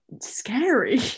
scary